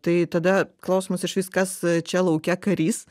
tai tada klausimas išvis kas čia lauke karys